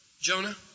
Jonah